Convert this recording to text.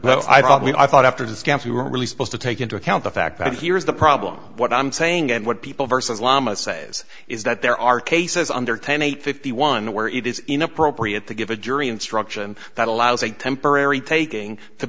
that i thought after the scans we were really supposed to take into account the fact that here's the problem what i'm saying and what people versus lama says is that there are cases under ten eight fifty one where it is inappropriate to give a jury instruction that allows a temporary taking to